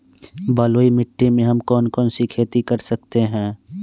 बलुई मिट्टी में हम कौन कौन सी खेती कर सकते हैँ?